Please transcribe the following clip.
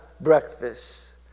breakfast